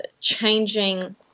changing